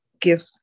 give